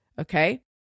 okay